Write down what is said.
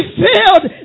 filled